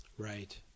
Right